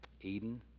Eden